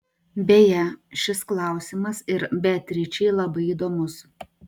beje šis klausimas ir beatričei labai įdomus